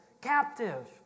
captive